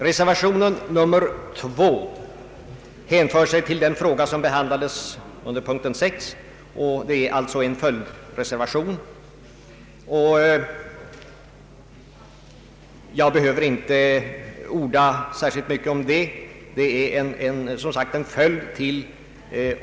Reservationen vid punkten 6 är en följdreservation. Jag behöver inte orda särskilt mycket om den.